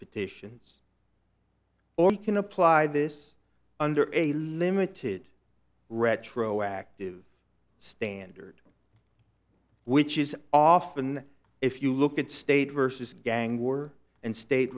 petitions or you can apply this under a limited retroactive standard which is often if you look at state versus gang war and state